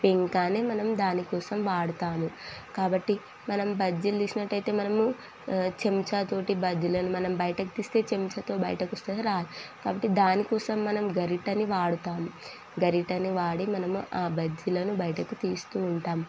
పేంక అనే మనం దానికోసం వాడతాము కాబట్టి మనం బజ్జీలు తీసినట్టయితే మనము చెంచతోటి బజ్జీలను మనం బయటకి తీస్తే చెంచాతో బయట కొస్తుంది రాదు కాబట్టి దాని కోసం మనం గరిటని వాడతాము గరిటని వాడి మనము ఆ బజ్జీలను బయటకు తీస్తూ ఉంటాము